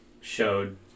showed